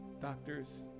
doctor's